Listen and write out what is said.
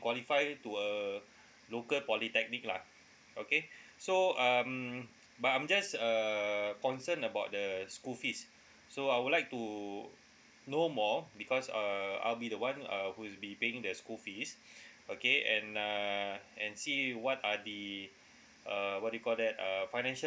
qualify to a local polytechnic lah okay so um but I'm just err concern about the school fees so I would like to know more because uh I'll be the one uh who is be paying the school fees okay and uh and see what are the uh what do you call that uh financial